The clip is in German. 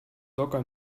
locker